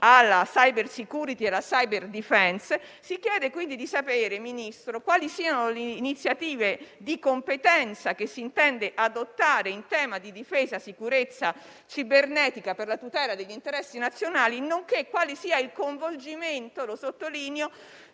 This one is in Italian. alla *cyber security* e alla *cyber defence*. Si chiede quindi di sapere, Ministro, quali siano le iniziative di competenza che si intende adottare in tema di difesa e sicurezza cibernetica per la tutela degli interessi nazionali, nonché quale sia il coinvolgimento - lo sottolineo